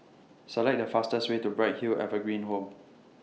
Select The fastest Way to Bright Hill Evergreen Home